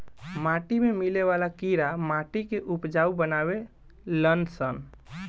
माटी में मिले वाला कीड़ा माटी के उपजाऊ बानावे लन सन